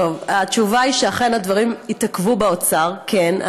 התשובה היא שאכן הדברים התעכבו באוצר, כן.